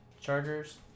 Chargers